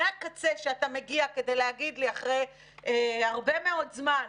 מהקצה שאתה מגיע כדי להגיד לי אחרי הרבה מאוד זמן: